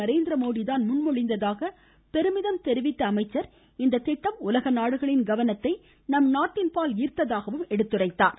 நரேந்திர மோடிதான் முன்மொழிந்ததாக பெருமிதம் தெரிவித்த அவர் இத்திட்டம் உலக நாடுகளின் கவனத்தை நம் நாட்டின்பால் ஈர்த்ததாகவும் எடுத்துரைத்தார்